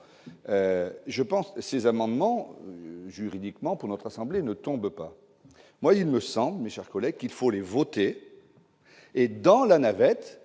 je pense que ces amendements juridiquement pour notre assemblée ne tombe pas, moi, je me sens mais, chers collègues, qu'il faut les voter, et dans la navette,